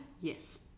Yes